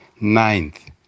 ninth